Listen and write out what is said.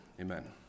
Amen